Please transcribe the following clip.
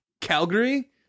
Calgary